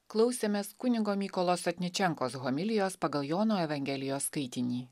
klausėmės kunigo mykolo sotničenkos homilijos pagal jono evangelijos skaitinį